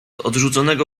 odrzuconego